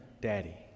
Daddy